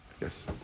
Yes